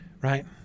Right